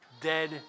dead